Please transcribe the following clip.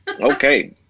Okay